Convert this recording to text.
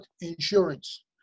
insurance